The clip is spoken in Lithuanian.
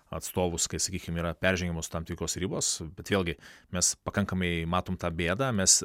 atstovus kai sakykim yra peržengiamos tam tikros ribos bet vėlgi mes pakankamai matom tą bėdą mes